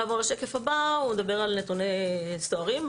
השקף הבא מדבר על נתוני סוהרים.